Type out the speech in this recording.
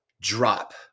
drop